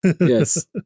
Yes